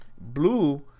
Blue